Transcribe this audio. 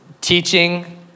teaching